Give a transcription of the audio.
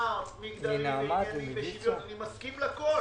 שאמרת - אני מסכים לכול,